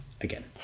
again